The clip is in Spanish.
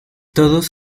todos